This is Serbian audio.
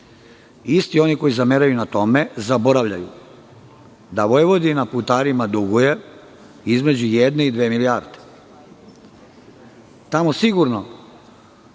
isti oni koji zameraju na tome, zaboravljaju da Vojvodina putarima duguje između jedne i dve milijarde. Tamo sigurno